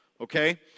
okay